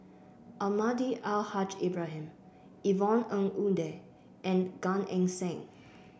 Almahdi Al Haj Ibrahim Yvonne Ng Uhde and Gan Eng Seng